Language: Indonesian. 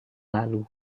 lalu